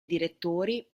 direttori